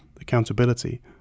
accountability